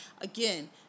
again